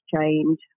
change